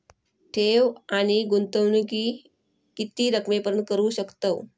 ठेव आणि गुंतवणूकी किती रकमेपर्यंत करू शकतव?